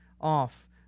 off